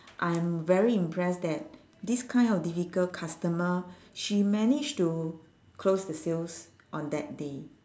I'm very impressed that this kind of difficult customer she managed to close the sales on that day